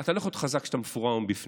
אתה לא באמת חזק כשאתה מפורר מבפנים,